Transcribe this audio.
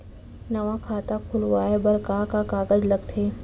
नवा खाता खुलवाए बर का का कागज लगथे?